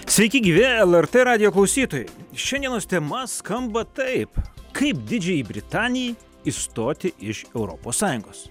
sveiki gyvi lrt radijo klausytojai šiandienos tema skamba taip kaip didžiajai britanijai išstoti iš europos sąjungos